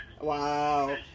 Wow